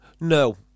No